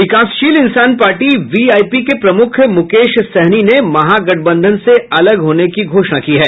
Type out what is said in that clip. विकासशील Insaan party VIP के प्रमुख मुकेश सहनी ने महागठबंधन से अलग होने की घोषणा की है